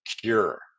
cure